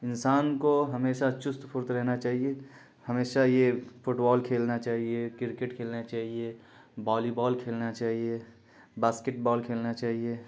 انسان کو ہمیشہ چست پھرت رہنا چاہیے ہمیشہ یہ فٹ بال کھیلنا چاہیے کرکٹ کھیلنا چاہیے والی بال کھیلنا چاہیے باسکٹ بال کھیلنا چاہیے